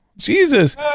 Jesus